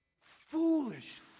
Foolish